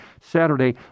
Saturday